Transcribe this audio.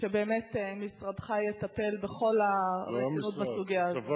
שבאמת משרדך יטפל בכל הרצינות בסוגיה הזאת.